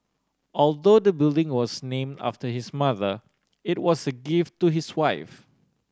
although the building was name after his mother it was a gift to his wife